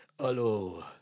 Hello